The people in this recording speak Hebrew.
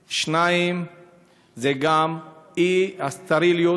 2. האי-סטריליות,